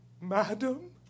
Madam